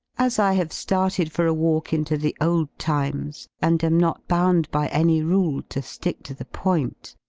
as i have started for a walk into the old times, and am not bound by any rule to stick to the point,